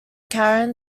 caron